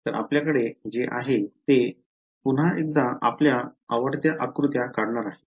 तर आपल्याकडे जे आहे ते मी पुन्हा एकदा आपल्या आवडत्या आकृत्या काढणार आहे